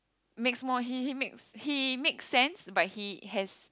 makes more he he makes he makes sense but he has